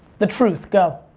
the truth, go.